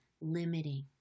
limiting